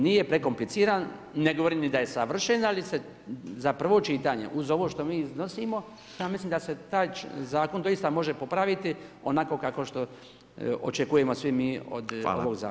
Nije prekompliciran, ne govorim ni da je savršen, ali se za prvo čitanje uz ovo što mi iznosimo ja mislim da se taj zakon doista može popraviti onako kako što očekujemo svi mi od ovog zakona.